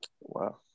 Wow